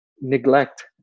neglect